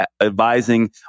advising